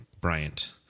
Bryant